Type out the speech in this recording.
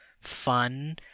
fun